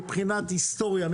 מבחינת היסטוריה,